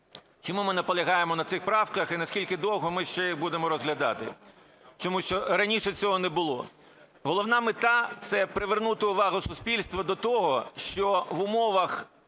чому ми наполягаємо на цих правках і наскільки довго ми ще їх будемо розглядати, тому що раніше цього не було. Головна мета – це привернути увагу суспільства до того, що в умовах